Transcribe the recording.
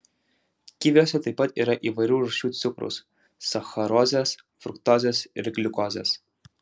kiviuose taip pat yra įvairių rūšių cukraus sacharozės fruktozės ir gliukozės